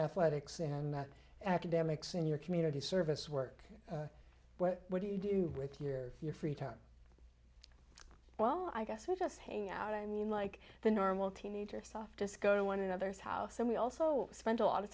athletics and academics in your community service work what do you do with your your free time well i guess we just hang out i mean like the normal teenager softest go to one another's house and we also spend a lot of